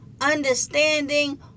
understanding